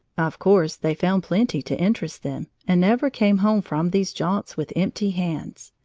of course they found plenty to interest them and never came home from these jaunts with empty hands.